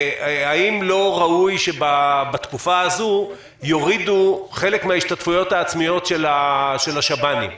האם לא ראוי שבתקופה הזו יורידו חלק מן ההשתתפויות העצמיות של השב"נים?